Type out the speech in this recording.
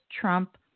Trump